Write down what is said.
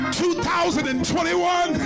2021